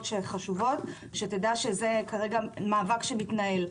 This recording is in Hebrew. חשובות כדי שתדע שזה המאבק שמתנהל כרגע.